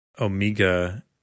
Omega